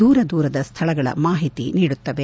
ದೂರದೂರದ ಸ್ವಳಗಳ ಮಾಹಿತಿ ನೀಡುತ್ತವೆ